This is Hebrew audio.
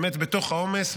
בתוך העומס,